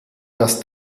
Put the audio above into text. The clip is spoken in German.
das